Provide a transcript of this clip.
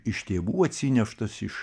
iš tėvų atsineštas iš